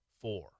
four